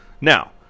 now